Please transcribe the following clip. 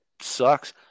sucks